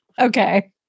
Okay